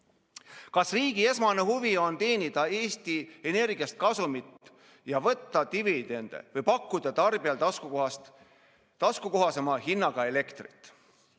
"Kas riigi esmane huvi on teenida Eesti Energiast kasumit ja võtta dividende või pakkuda tarbijatele taskukohasema hinnaga elektrit?"